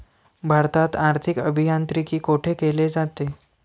भारतात आर्थिक अभियांत्रिकी कोठे केले जाते?